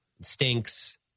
stinks